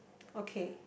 okay